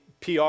PR